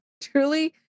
Truly